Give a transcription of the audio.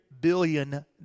billion